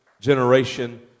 generation